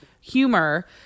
humor